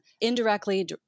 indirectly